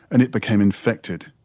and it became infected.